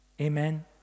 Amen